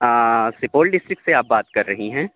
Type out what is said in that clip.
Supaul district سے آپ بات کر رہی ہیں